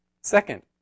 Second